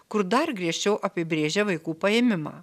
kur dar griežčiau apibrėžia vaikų paėmimą